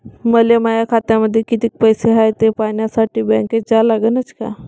मले माया खात्यामंदी कितीक पैसा हाय थे पायन्यासाठी बँकेत जा लागनच का?